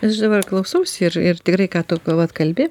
bet aš dabar klausausi ir ir tikrai ką tu ką vat kalbi